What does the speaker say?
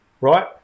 right